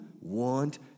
want